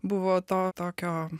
buvo to tokio